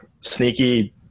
sneaky